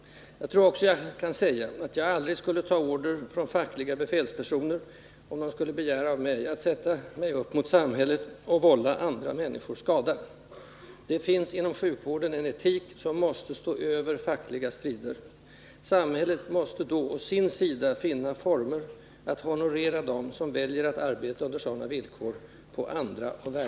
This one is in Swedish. Jag tror också att jag kan säga att jag aldrig skulle ta order från fackliga befälspersoner, om de begärde av mig att jag skulle sätta mig upp mot samhället och vålla andra människor skada. Det finns inom sjukvården en etik, som måste stå över fackliga strider. Samhället måste å sin sida finna former för att på andra och värdigare sätt honorera dem som väljer att arbeta under sådana villkor.